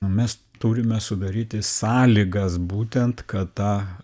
mes turime sudaryti sąlygas būtent kad tą